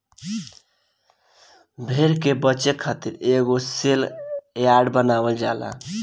भेड़ के बेचे खातिर एगो सेल यार्ड बनावल जाला